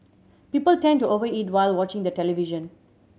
people tend to over eat while watching the television